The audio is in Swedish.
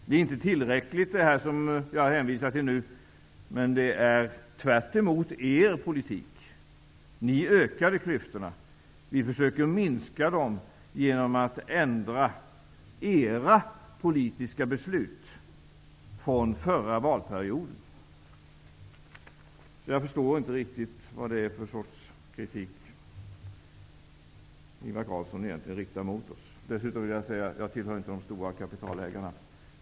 Det som jag hänvisar till nu är inte tillräckligt, men det är tvärtemot er politik. Ni ökade klyftorna. Vi försöker minska dem genom att ändra era politiska beslut från förra valperioden. Jag förstår inte riktigt vad det är för sorts kritik Ingvar Carlsson egentligen riktar mot oss. Dessutom vill jag säga att jag inte tillhör de stora kapitalägarna.